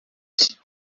fence